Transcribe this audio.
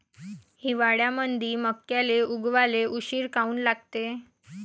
हिवाळ्यामंदी मक्याले उगवाले उशीर काऊन लागते?